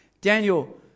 Daniel